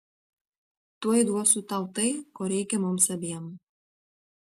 tuoj duosiu tau tai ko reikia mums abiem